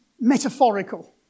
metaphorical